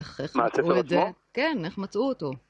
מה, הספר עצמו? כן, איך מצאו אותו.